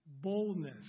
Boldness